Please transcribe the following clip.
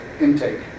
intake